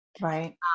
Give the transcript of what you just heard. right